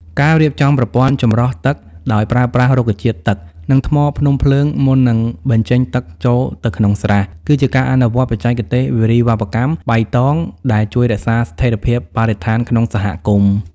ការរៀបចំប្រព័ន្ធចម្រោះទឹកដោយប្រើប្រាស់រុក្ខជាតិទឹក និងថ្មភ្នំភ្លើងមុននឹងបញ្ចេញទឹកចូលទៅក្នុងស្រះ គឺជាការអនុវត្តបច្ចេកទេសវារីវប្បកម្មបៃតងដែលជួយរក្សាស្ថិរភាពបរិស្ថានក្នុងសហគមន៍។